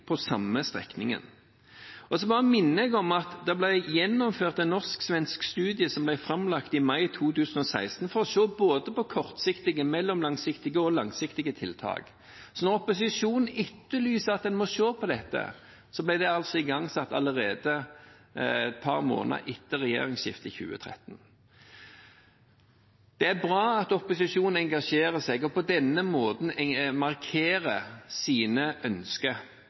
den samme strekningen. Så bare minner jeg om at det ble gjennomført en norsk-svensk studie, som ble framlagt i mai 2016, for å se på både kortsiktige, mellomlangsiktige og langsiktige tiltak. Når opposisjonen etterlyser at en må se på dette, ble det altså igangsatt allerede et par måneder etter regjeringsskiftet i 2013. Det er bra at opposisjonen engasjerer seg, og på denne måten markerer sine ønsker.